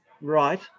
right